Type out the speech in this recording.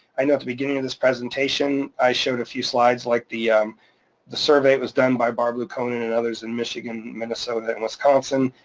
i know at the beginning of this presentation i showed a few slides like the the survey that was done by barbara, conan and others in michigan, minnesota and wisconsin.